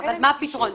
מה קרה?